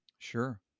Sure